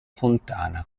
fontana